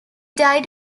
died